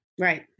Right